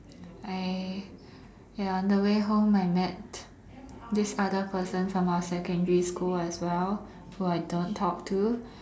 I ya on the way home I met this other person from our secondary school as well whom I don't talk to